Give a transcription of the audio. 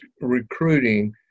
recruiting